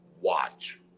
watch